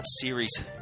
series